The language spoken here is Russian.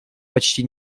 почти